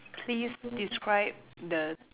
please describe the